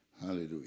Hallelujah